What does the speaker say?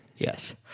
Yes